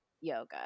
yoga